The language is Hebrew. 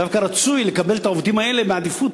דווקא רצוי לקבל את העובדים האלה בעדיפות,